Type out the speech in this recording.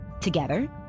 Together